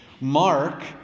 mark